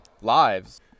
lives